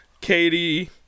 Katie